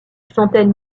centaines